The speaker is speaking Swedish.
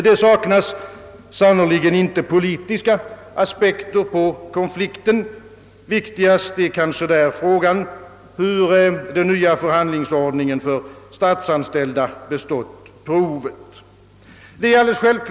Det saknas sannerligen inte politiska aspekter på konflikten. Viktigast är kanske där frågan, hur den nya förhandlingsordningen för statsanställda bestått provet.